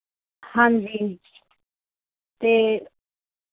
ਹਾਂਜੀ ਅਤੇ